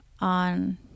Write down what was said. on